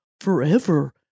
forever